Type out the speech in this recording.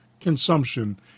consumption